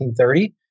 1930